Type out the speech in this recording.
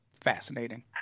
fascinating